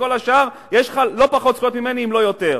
בכל השאר יש לך לא פחות זכויות ממני, אם לא יותר.